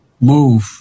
move